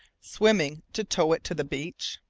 swimming, to tow it to the beach?